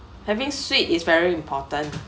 having sweet is very important